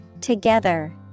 Together